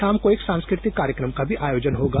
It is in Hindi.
शाम को एक सांस्कृतिक कार्यक्रम का भी आयोजन होगा